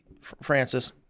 Francis